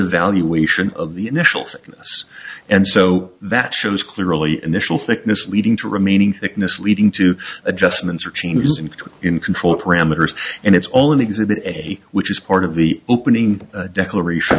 evaluation of the initial thickness and so that shows clearly initial thickness leading to remaining thickness leading to adjustments or changes and in control parameters and it's all in exhibit a which is part of the opening declaration